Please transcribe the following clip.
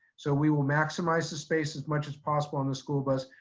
so we will maximize the space as much as possible on the school bus,